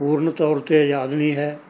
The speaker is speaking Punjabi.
ਪੂਰਨ ਤੌਰ 'ਤੇ ਅਜ਼ਾਦ ਨਹੀਂ ਹੈ